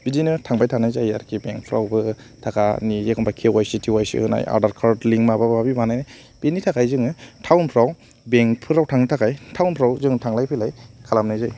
बिदिनो थांबाय थानाय जायो आरो खि बेंकफ्रावबो थाखानि एखम्बा केवाइसि टेवाइसि होनाय आधार कार्ड लिंक माबा माबि बानायनाय बिनि थाखाय जोङो थाउनफ्राव बेंकफोराव थांनो थाखाय थाउनफ्राव जों थांलाय फैलाय खालामनाय जायो